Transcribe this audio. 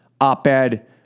op-ed